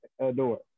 adore